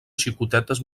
xicotetes